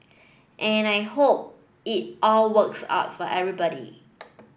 and I hope it all works out for everybody